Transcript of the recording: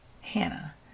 Hannah